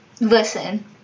listen